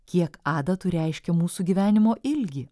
kiek adatų reiškia mūsų gyvenimo ilgį